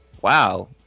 wow